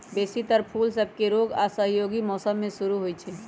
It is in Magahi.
बेशी तर फूल सभके रोग आऽ असहयोगी मौसम में शुरू होइ छइ